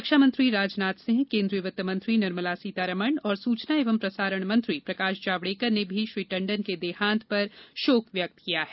रक्षा मंत्री राजनाथ सिंह केन्द्रीय वित्तमंत्री निर्मला सीतारामन और सूचना और प्रसारण मंत्री प्रकाश जावड़ेकर ने भी श्री टंडन के देहांत पर शोक व्यक्त किया है